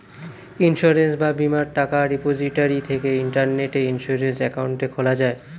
insurance বা বীমার টাকা রিপোজিটরি থেকে ইন্টারনেটে ইন্সুরেন্স অ্যাকাউন্ট খোলা যায়